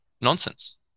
nonsense